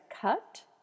cut